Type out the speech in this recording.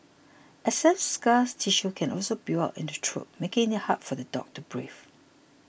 excess scar tissue can also build up in the throat making it hard for the dog to breathe